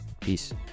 Peace